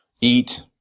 eat